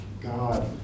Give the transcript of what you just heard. God